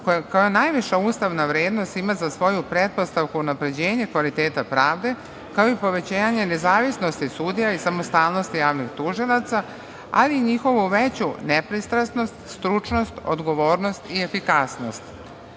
koja kao najviše ustavna vrednost ima za svoju pretpostavku unapređenje kvaliteta pravde, kao i povećanje nezavisnosti sudija i samostalnosti javnog tužioca, ali i njihovu veću nepristrasnost, stručnost, odgovornost i efikasnost. Od